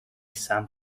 san